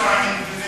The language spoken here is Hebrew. משהו על אינדונזיה.